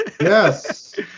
Yes